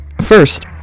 first